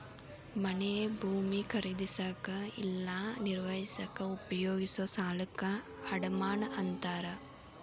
ಮನೆ ಭೂಮಿ ಖರೇದಿಸಕ ಇಲ್ಲಾ ನಿರ್ವಹಿಸಕ ಉಪಯೋಗಿಸೊ ಸಾಲಕ್ಕ ಅಡಮಾನ ಅಂತಾರ